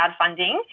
crowdfunding